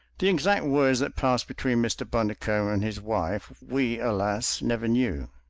the exact words that passed between mr. bundercombe and his wife we, alas! never knew.